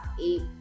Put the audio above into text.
eight